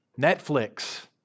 Netflix